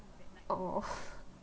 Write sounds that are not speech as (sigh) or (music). oh (laughs)